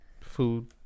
Food